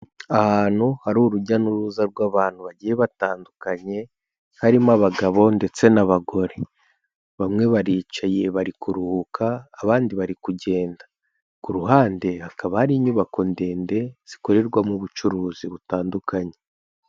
Ahantu hari urujya n'uruza rw'abantu bagiye batandukanye, harimo abagabo ndetse n'abagore. Bamwe baricaye bari kuruhuka, abandi bari kugenda. Ku ruhande hakaba hari inyubako ndende zikorerwamo ubucuruzi butandukanye.